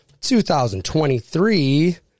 2023